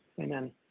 Amen